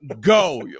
Go